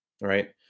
right